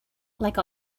like